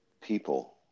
people